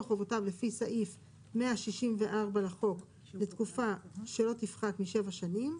חובותיו לפי סעיף 164 לחוק לתקופה שלא תפחת מ-7 שנים.